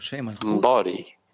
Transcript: body